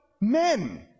men